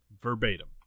Verbatim